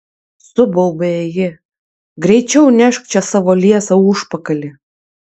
subaubė ji greičiau nešk čia savo liesą užpakalį